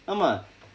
ஆமாம்:aamaam